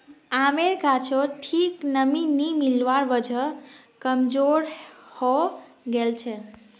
आमेर गाछोत ठीक नमीं नी मिलवार वजह कमजोर हैं गेलछेक